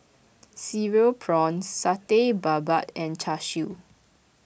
Cereal Prawns Satay Babat and Char Siu